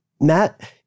Matt